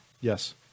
Yes